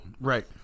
right